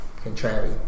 Contrary